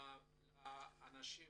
לאנשים